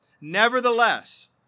Nevertheless